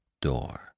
door